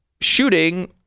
shooting